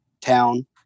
town